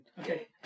Okay